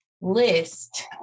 list